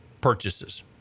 purchases